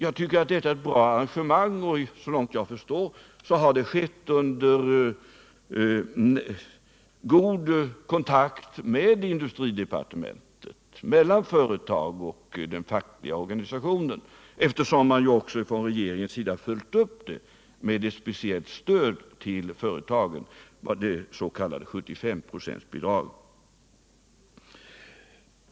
Jag tycker detta är ett bra arrangemang, och så långt jag förstår har det skett under god kontakt med industridepartementet och mellan företagen och den fackliga organisationen, eftersom man också från regeringens sida följt upp det med ett speciellt stöd till företagen, det s.k. 75-procentsbidraget.